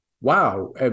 wow